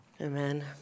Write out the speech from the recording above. Amen